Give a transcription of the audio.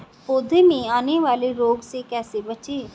पौधों में आने वाले रोग से कैसे बचें?